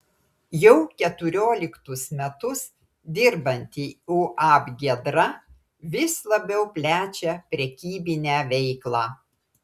jau keturioliktus metus dirbanti uab giedra vis labiau plečia prekybinę veiklą